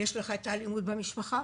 ואת האלימות במשפחה.